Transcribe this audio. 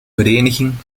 vereniging